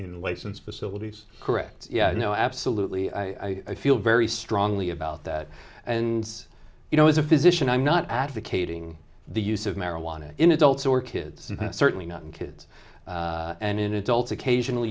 in license facilities correct yeah i know absolutely i feel very strongly about that and you know as a physician i'm not advocating the use of marijuana in adults or kids certainly not in kids and in adults occasional